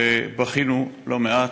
ובכינו לא מעט,